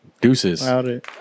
Deuces